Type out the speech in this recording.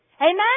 Amen